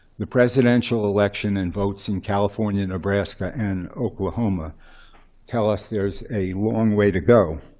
the presidential election and votes in california, nebraska, and oklahoma tell us there's a long way to go.